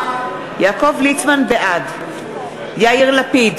בעד יאיר לפיד,